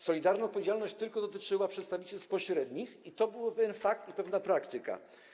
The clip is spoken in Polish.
Solidarna odpowiedzialność dotyczyła tylko przedstawicielstw pośrednich i to był pewien fakt i pewna praktyka.